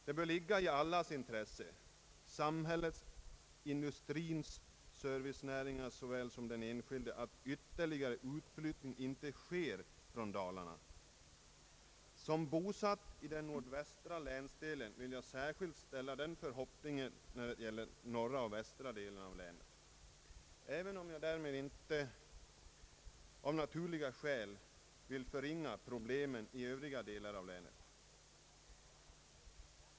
Det bör ligga i allas intresse — samhällets, industrins, servicenäringarnas och de enskildas att ytterligare utflyttning från Dalarna inte sker. Som bosatt i den nordvästra länsdelen hyser jag särskilt den förhoppningen när det gäller norra och västra delen av länet, även om jag av naturliga skäl inte vill förringa problemen i övriga delar.